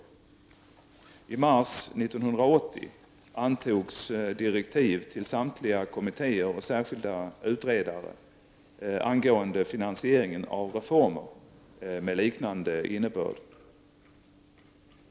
I mars 1980 antogs Direktiv till samtliga kommittéer och särskilda utredare angående finansiering av reformer med liknande innebörd.